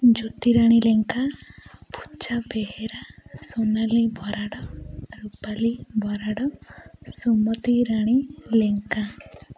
Jyotirani Lenka Puja Behera Sonali Barad Rupali Barad Sumati Rani Lenka